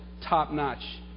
top-notch